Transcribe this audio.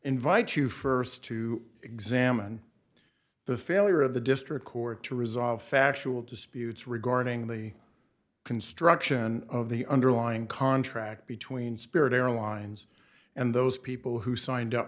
invite you first to examine the failure of the district court to resolve factual disputes regarding the construction of the underlying contract between spirit airlines and those people who signed up